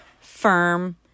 firm